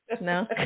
No